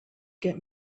get